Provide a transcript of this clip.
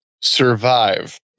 survive